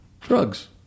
drugs